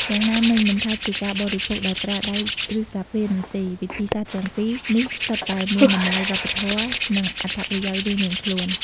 យ៉ាងណាមិញ មិនថាជាការបរិភោគដោយប្រើដៃ ឬស្លាបព្រានោះទេ វិធីសាស្ត្រទាំងពីរនេះសុទ្ធតែមានតម្លៃវប្បធម៌ និងអត្ថប្រយោជន៍រៀងៗខ្លួន។